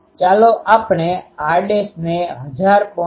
ચાલો આપણે r' ને 1000